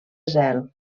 zel